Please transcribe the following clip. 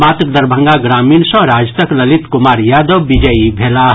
मात्र दरभंगा ग्रामीण सॅ राजदक ललित कुमार यादव विजयी भेलाह